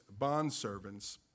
bondservants